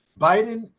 Biden